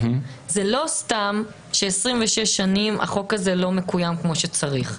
לא סתם ש-26 שנים החוק הזה לא מקוים כמו שצריך.